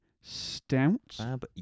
stout